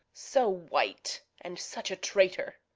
so white, and such a traitor!